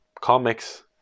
Comics